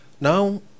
Now